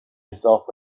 yourself